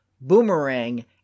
Boomerang